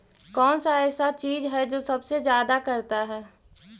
कौन सा ऐसा चीज है जो सबसे ज्यादा करता है?